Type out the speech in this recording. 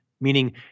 Meaning